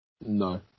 No